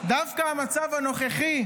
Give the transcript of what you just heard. דווקא המצב הנוכחי,